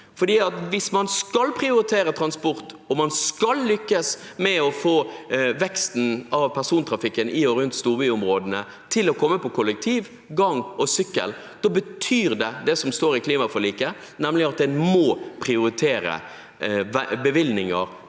Hvis man skal prioritere transport, og man skal lykkes med å få veksten av persontrafikken i og rundt storbyområdene over på kollektiv, gange og sykkel, betyr det som står i klimaforliket at man må prioritere bevilgninger